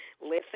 listen